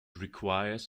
requires